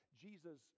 Jesus